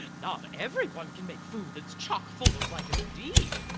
not everyone can make food that's chock full of vitamin d.